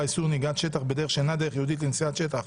(איסור נהיגת שטח בדרך שאינה דרך ייעודית לנסיעת שטח),